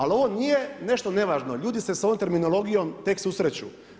Ali ovo nije nešto nevažno, ljudi se s ovom terminologijom tek susreću.